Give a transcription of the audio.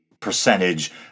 percentage